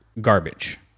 garbage